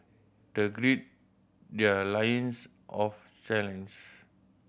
they greed their loins of challenge